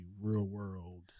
real-world